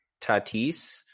Tatis